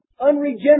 unregenerate